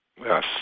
Yes